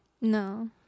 No